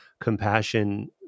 compassion